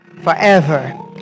forever